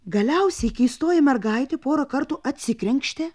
galiausiai keistoji mergaitė porą kartų atsikrenkštė